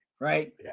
right